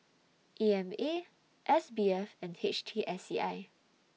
E M A S B F and H T S C I